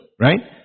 right